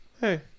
Hey